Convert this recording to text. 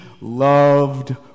loved